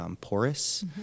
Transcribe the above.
porous